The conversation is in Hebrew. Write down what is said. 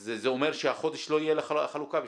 זה אומר שהחודש לא תהיה חלוקה בשפרעם.